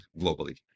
globally